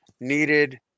needed